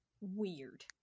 weird